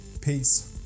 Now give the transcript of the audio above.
Peace